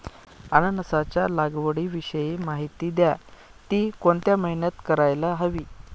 अननसाच्या लागवडीविषयी माहिती द्या, ति कोणत्या महिन्यात करायला हवी?